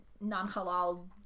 non-halal